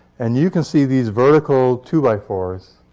and you can see these vertical two by four s,